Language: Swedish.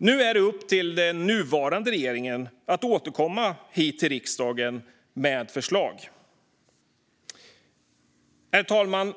Nu är det upp till nuvarande regering att återkomma till riksdagen med förslag. Herr talman!